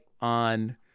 on